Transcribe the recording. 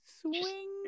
Swing